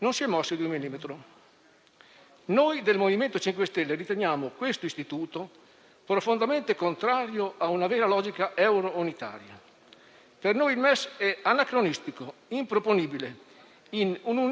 Per noi il MES è anacronistico e improponibile in un'Unione europea, che nella nuova fase storica, apertasi dopo il Covid, ha già cominciato a cambiare sotto i nostri occhi, adottando finalmente soluzioni solidali e inclusive.